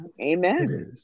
Amen